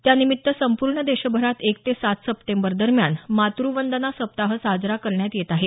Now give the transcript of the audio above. त्यानिमित्त संपूर्ण देशभरात एक ते सात सप्टेंबर दरम्यान मातु वंदना सप्ताह साजरा करण्यात येत आहे